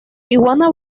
iguana